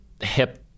hip